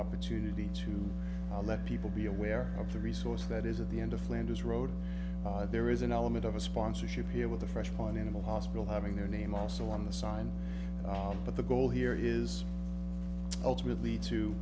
opportunity to let people be aware of the resource that is at the end of flanders road there is an element of a sponsorship here with a fresh one animal hospital having their name also on the sign but the goal here is ultimately to